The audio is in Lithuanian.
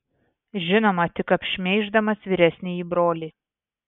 žinoma tik apšmeiždamas vyresnįjį brolį